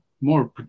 more